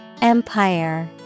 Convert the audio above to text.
Empire